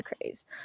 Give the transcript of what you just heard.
craze